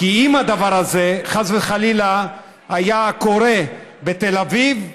כי אם הדבר הזה, חס וחלילה, היה קורה בתל אביב,